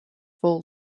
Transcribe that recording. full